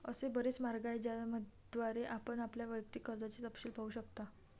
असे बरेच मार्ग आहेत ज्याद्वारे आपण आपल्या वैयक्तिक कर्जाचे तपशील पाहू शकता